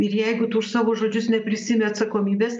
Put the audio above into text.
ir jeigu tu už savo žodžius neprisiimi atsakomybės